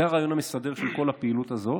זה הרעיון המסדר של כל הפעילות הזאת,